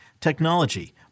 technology